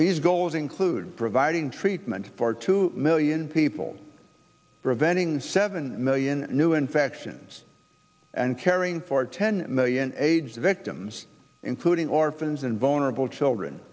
these goals include providing treatment for two million people preventing seven million new infections and caring for ten million age victims including orphans and vulnerable children